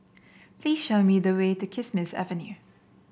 please show me the way to Kismis Avenue